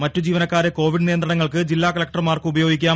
മറ്റു ജീവനക്കാരെ കോവിഡ് നിയന്ത്രണങ്ങൾക്ക് ജില്ലാ കലക്ടർമാർക്ക് ഉപയോഗിക്കാം